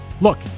Look